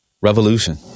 revolution